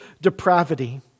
depravity